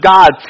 God